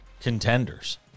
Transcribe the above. contenders